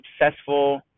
successful